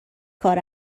کار